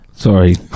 sorry